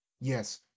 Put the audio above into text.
yes